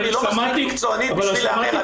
היא לא ממש מקצוענית בשביל להמר עליה.